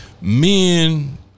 Men